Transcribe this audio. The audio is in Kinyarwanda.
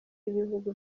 b’ibihugu